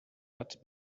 but